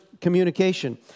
communication